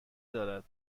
دارد